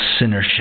sinnership